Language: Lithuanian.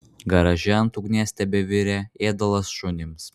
garaže ant ugnies tebevirė ėdalas šunims